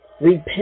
Repent